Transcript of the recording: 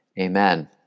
Amen